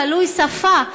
תלוי שפה,